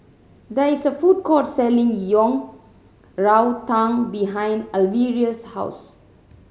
there is a food court selling Yang Rou Tang behind Alvira's house